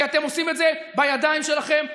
כי אתם עושים את זה בידיים שלכם.